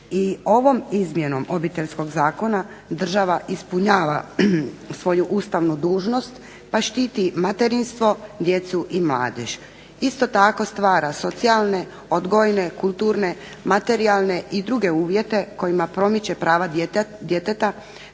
ovom izmjenom Obiteljskog zakona država ispunjava svoju ustavnu dužnost, pa štiti materinstvo, djecu i mladež. Isto tako stvara socijalne, odgojne, kulturne, materijalne i druge uvjete kojima promiče prava djeteta,